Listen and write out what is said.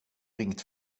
ringt